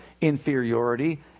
inferiority